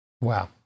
Wow